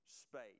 space